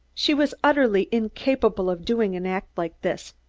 she was utterly incapable of doing an act like this.